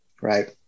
right